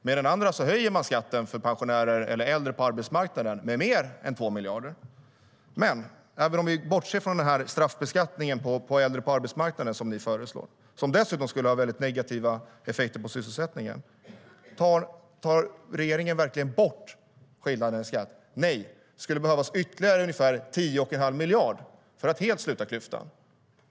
Med den andra handen höjer man skatten för äldre på arbetsmarknaden med mer än 2 miljarder. Men även om vi bortser från straffbeskattningen på äldre på arbetsmarknaden som ni föreslår, som dessutom skulle ha väldigt negativa effekter på sysselsättningen, tar regeringen verkligen bort skillnaden i skatt? Nej, det skulle behövas ytterligare ungefär 10 1⁄2 miljard för att helt sluta klyftan.